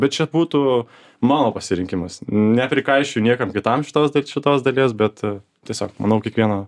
bet čia būtų mano pasirinkimas neprikaišioju niekam kitam šitos šitos dalies bet tiesiog manau kiekvieno